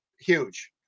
huge